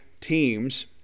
teams